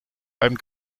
beim